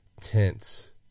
tense